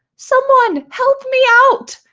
someone help me out.